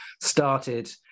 started